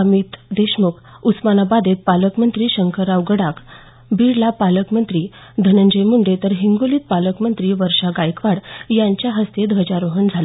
अमित देशमुख उस्मानाबादेत पालकमंत्री शंकरराव गडाख बीडला पालकमंत्री धनंजय मुंडे तर हिंगोलीत पालकमंत्री वर्षा गायकवाड यांच्या हस्ते ध्वजारोहण झालं